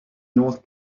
north